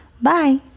Bye